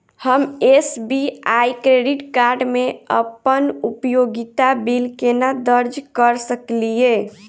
हम SBI credit card मे अप्पन उपयोगिता बिल केना दर्ज करऽ सकलिये?